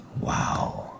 Wow